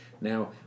Now